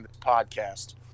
podcast